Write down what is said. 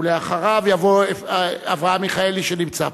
ואחריו יבוא אברהם מיכאלי, שנמצא פה.